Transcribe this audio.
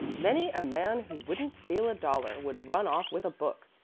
many a man who wouldn't steal a dollar would run off with a book.